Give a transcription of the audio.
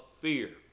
fear